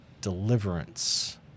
deliverance